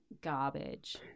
garbage